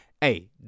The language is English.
hey